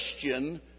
Christian